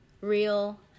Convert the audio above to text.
real